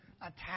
attack